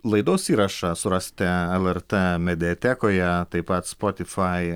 laidos įrašą surasite lrt mediatekoje taip pat spotify